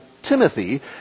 Timothy